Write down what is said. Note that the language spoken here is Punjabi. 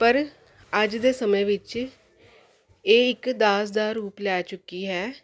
ਪਰ ਅੱਜ ਦੇ ਸਮੇਂ ਵਿੱਚ ਇਹ ਇੱਕ ਦਾਜ ਦਾ ਰੂਪ ਲੈ ਚੁੱਕੀ ਹੈ